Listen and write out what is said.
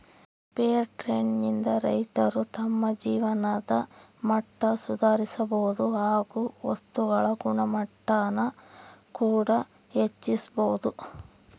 fair trade ನಿಂದ ರೈತರು ತಮ್ಮ ಜೀವನದ ಮಟ್ಟ ಸುಧಾರಿಸಬೋದು ಹಾಗು ವಸ್ತುಗಳ ಗುಣಮಟ್ಟಾನ ಕೂಡ ಹೆಚ್ಚಿಸ್ಬೋದು